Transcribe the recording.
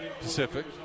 Pacific